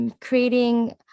creating